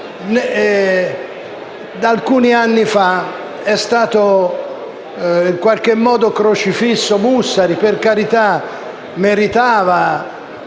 Alcuni anni fa è stato in qualche modo crocifisso Mussari. Per carità, meritava